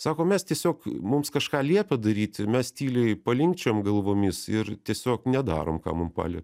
sako mes tiesiog mums kažką liepia daryti mes tyliai palinkčiojam galvomis ir tiesiog nedarom ką mum paliep